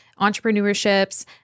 entrepreneurships